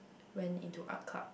went in to Art Club